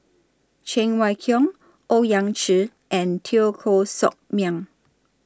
Cheng Wai Keung Owyang Chi and Teo Koh Sock Miang